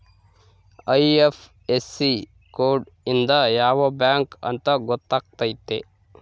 IFSC code ಇಂದ ಯಾವ bank ಅಂತ ಗೊತ್ತಾತತೆ